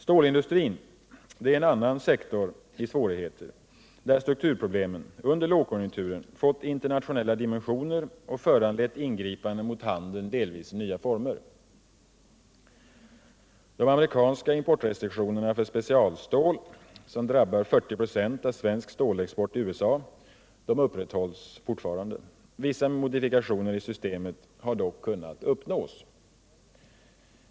Stålindustrin är en annan sektor i svårigheter där strukturproblemen under lågkonjunkturen fått internationella dimensioner och föranlett ingripanden mot handeln, delvis i nya former. De amerikanska importrestriktionerna för specialstål, som drabbar 40 96 av svensk stålexport till USA, upprätthålls fortfarande. Vissa modifikationer i systemet har dock kunnat uppnås.